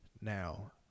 Now